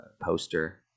poster